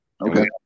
okay